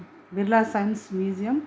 Birla science museum